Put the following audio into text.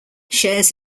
shares